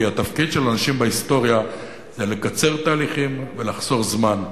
כי התפקיד של אנשים בהיסטוריה זה לקצר תהליכים ולחסוך זמן.